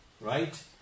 Right